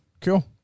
Cool